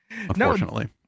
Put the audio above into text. unfortunately